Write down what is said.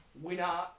Winner